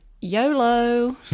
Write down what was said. YOLO